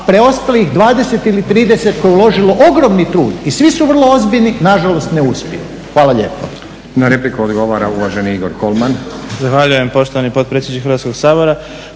preostalih 20 ili 30 koje je uložilo ogromni trud i svi su vrlo ozbiljni, nažalost ne uspiju. Hvala lijepo. **Stazić, Nenad (SDP)** Na repliku odgovara uvaženi Igor Kolman. **Kolman, Igor (HNS)** Zahvaljujem poštovani potpredsjedniče Hrvatskoga sabora.